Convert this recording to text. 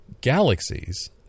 galaxies